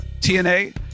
tna